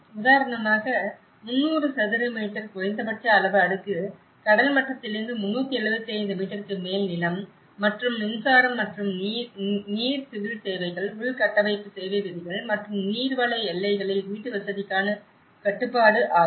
உதாரணமாக 300 சதுர மீட்டர் குறைந்தபட்ச அளவு அடுக்கு கடல் மட்டத்திலிருந்து 375 மீட்டருக்கு மேல் நிலம் மற்றும் மின்சாரம் மற்றும் நீர் சிவில் சேவைகள் உள்கட்டமைப்பு சேவை விதிகள் மற்றும் நீர்வள எல்லைகளில் வீட்டுவசதிக்கான கட்டுப்பாடு ஆகும்